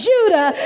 Judah